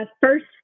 First